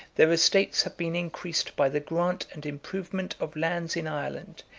their estates have been increased by the grant and improvement of lands in ireland,